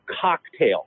cocktail